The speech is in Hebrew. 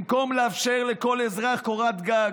במקום לאפשר לכל אזרח קורת גג,